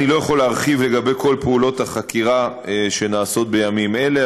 אני לא יכול להרחיב לגבי כל פעולות החקירה שנעשות בימים אלה,